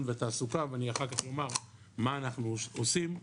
ותעסוקה ואני אחר כך אומר מה אנחנו עושים,